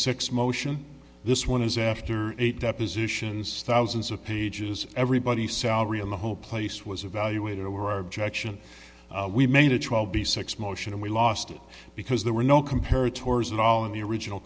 six motion this one is after eight depositions thousands of pages everybody salary in the whole place was evaluated were objection we made it will be six motion and we lost it because there were no compared tours at all in the original